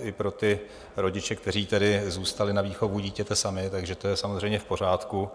i pro rodiče, kteří zůstali na výchovu dítěte sami, takže to je samozřejmě v pořádku.